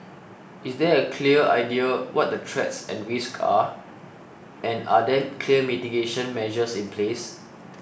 is there a clear idea what the threats and risks are and are there clear mitigation measures in place